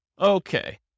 Okay